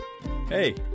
Hey